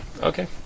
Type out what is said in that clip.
Okay